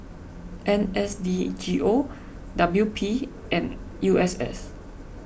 N S D G O W P and U S S